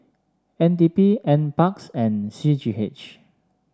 N D P NParks and C G H